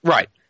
Right